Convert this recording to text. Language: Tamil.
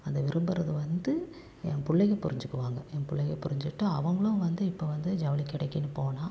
அந்த விரும்புகிறது வந்து என் பிள்ளைங்க புரிஞ்சிக்குவாங்க என் பிள்ளைங்க புரிஞ்சுக்கிட்டு அவங்களும் வந்து இப்போ வந்து ஜவுளி கடைக்குன்னு போனால்